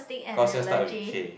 Kaohsiung start with K